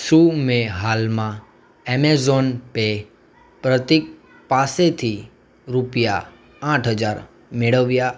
શું મેં હાલમાં એમેઝોન પે પ્રતીક પાસેથી રૂપિયા આઠ હજાર મેળવ્યાં